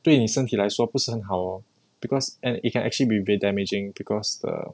对你身体来说不是很好 lor because and it can actually be very damaging because the